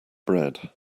bread